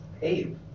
hey